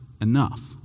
enough